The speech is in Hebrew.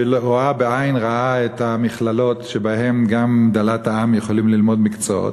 שרואה בעין רעה את המכללות שבהן גם דלת העם יכולים ללמוד מקצועות.